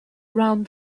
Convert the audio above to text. around